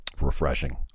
refreshing